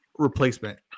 replacement